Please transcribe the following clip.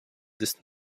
des